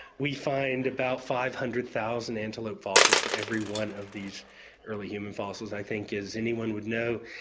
we find about five hundred thousand antelope fossils for every one of these early human fossils. i think as anyone would know,